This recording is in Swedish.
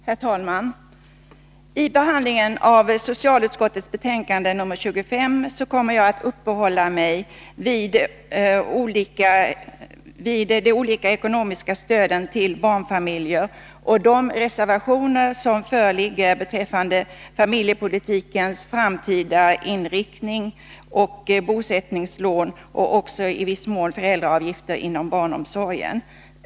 Herr talman! Under behandlingen av socialutskottets betänkande nr 25 kommer jag att uppehålla mig vid de olika ekonomiska stöden till barnfamiljer och vid de reservationer som föreligger beträffande familjepolitikens framtida inriktning — bosättningslån och i viss mån föräldraavgifter inom barnomsorgen.